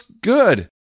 good